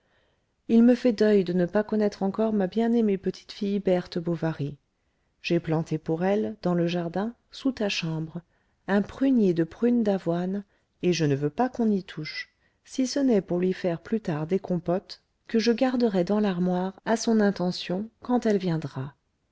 il me fait deuil de ne pas connaître encore ma bien-aimée petitefille berthe bovary j'ai planté pour elle dans le jardin sous ta chambre un prunier de prunes d'avoine et je ne veux pas qu'on y touche si ce n'est pour lui faire plus tard des compotes que je garderai dans l'armoire à son intention quand elle viendra